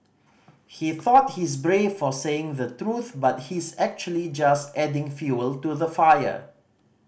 he thought he's brave for saying the truth but he's actually just adding fuel to the fire